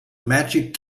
magic